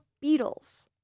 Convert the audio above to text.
beetles